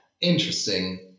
interesting